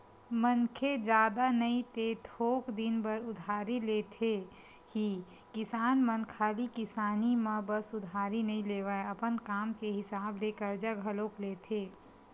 मनखे जादा नई ते थोक दिन बर उधारी लेथे ही किसान मन खाली किसानी म बस उधारी नइ लेवय, अपन काम के हिसाब ले करजा घलोक लेथे